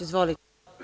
Izvolite.